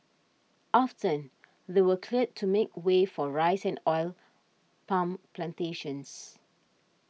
often they were cleared to make way for rice and Oil Palm Plantations